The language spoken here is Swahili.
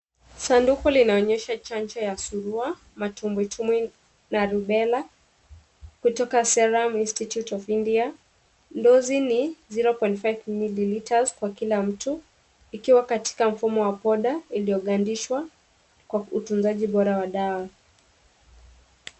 Sanduku linaonyesha chanjo ya Surua, Matumbwitumbwi na Rubella kutoka Serum Institute Of India. Dozi ni 0.5ml kwa kila mtu, ikiwa katika mfumo wa poda iliyogandishwa kwa utunzaji bora wa dawa.